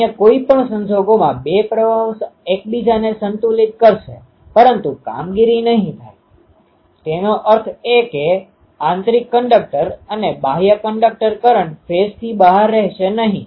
અન્ય કોઈ પણ સંજોગોમાં બે પ્રવાહો એકબીજાને સંતુલિત કરશે પરંતુ કામગીરી નહીં થાય તેનો અર્થ એ કે આંતરિક કંડક્ટર અને બાહ્ય કંડક્ટર કરંટ ફેઝ્થી બહાર રહેશે નહીં